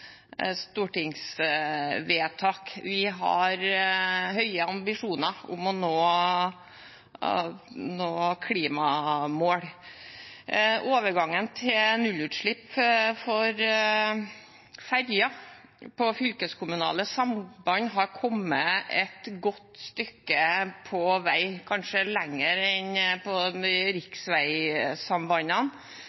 stortingsvedtak. Vi har høye ambisjoner om å nå noen klimamål. Overgangen til nullutslipp for ferjer på fylkeskommunale samband har kommet et godt stykke på vei, kanskje lenger enn